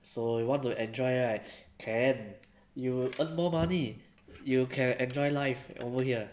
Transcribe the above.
so you want to enjoy right can you earn more money you can enjoy life over here